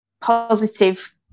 positive –